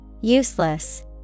Useless